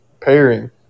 pairing